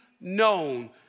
known